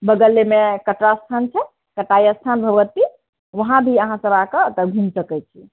बगलमे कटरा स्थान छै कटाइ स्थान भगवती उहाँ भी अहाँ सब आ कऽ एतऽ घूम सकैत छी